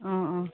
অঁ অঁ